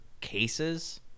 cases